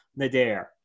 Nader